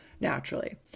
naturally